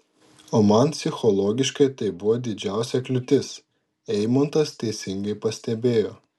o man psichologiškai tai buvo didžiausia kliūtis eimuntas teisingai pastebėjo